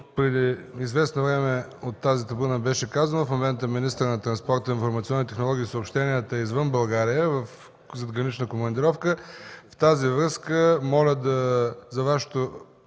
преди известно време от тази трибуна, в момента министърът на транспорта, информационните технологии и съобщенията е извън България, в задгранична командировка. В тази връзка моля за Вашето